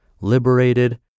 liberated